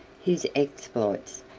his exploits,